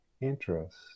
interest